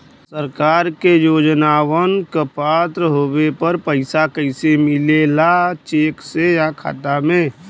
सरकार के योजनावन क पात्र होले पर पैसा कइसे मिले ला चेक से या खाता मे?